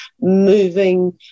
moving